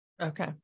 Okay